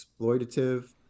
exploitative